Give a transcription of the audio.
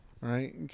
right